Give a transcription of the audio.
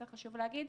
חשוב להגיד,